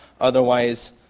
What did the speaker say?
otherwise